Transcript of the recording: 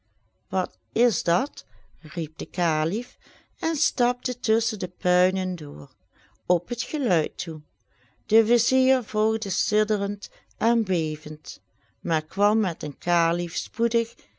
wat is dat riep de kalif en stapte tusschen de puinen door op het geluid toe de vizier volgde sidderend en bevend maar kwam met den kalif spoedig